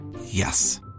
Yes